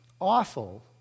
awful